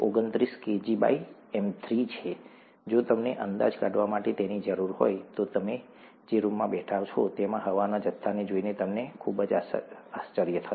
29 kgm3 છે જો તમને અંદાજ કાઢવા માટે તેની જરૂર હોય તો તમે જે રૂમમાં બેઠા છો તેમાં હવાના જથ્થાને જોઈને તમને ખૂબ જ આશ્ચર્ય થશે